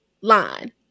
line